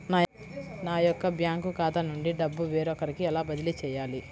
నా యొక్క బ్యాంకు ఖాతా నుండి డబ్బు వేరొకరికి ఎలా బదిలీ చేయాలి?